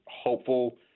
hopeful